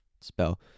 spell